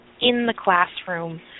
in-the-classroom